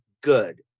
good